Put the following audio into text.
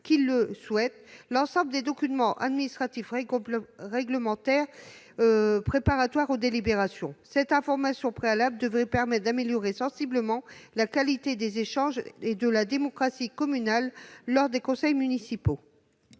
ceux d'opposition, l'ensemble des documents administratifs réglementaires préparatoires aux délibérations. Cette information préalable devrait permettre d'améliorer sensiblement la qualité des échanges et de la démocratie communale lors des conseils municipaux.